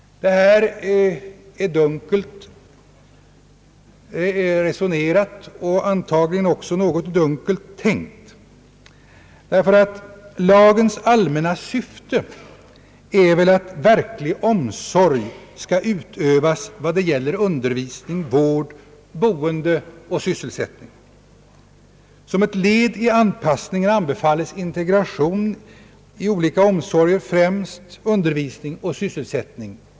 Detta är dunkelt resonerat och antagligen också något dunkelt tänkt. Lagens allmänna syfte är väl att verklig omsorg skall utövas när det gäller undervisning, vård, boende och sysgelsättning. Som ett led i anpassningen anbefalles integration i olika omsorger, främst undervisning och sysselsättning.